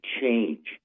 change